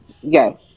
yes